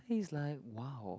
he is like !wow!